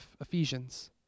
Ephesians